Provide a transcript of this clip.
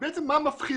ובעצם מה מפחיד?